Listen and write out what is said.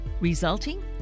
resulting